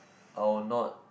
I'll not